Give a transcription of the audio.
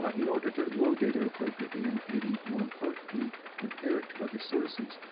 ah in order to load data appropriately, and maybe more importantly compare it to other sources,